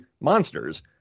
monsters